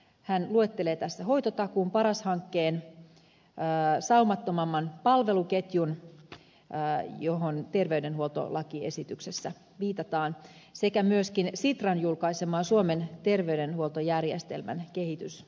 hän luettelee tässä hoitotakuun paras hankkeen saumattomamman palveluketjun johon terveydenhuoltolakiesityksessä viitataan sekä myöskin sitran julkaiseman suomen terveydenhuoltojärjestelmän kehitysehdotuksen